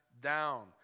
down